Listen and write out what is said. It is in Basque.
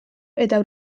eta